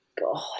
God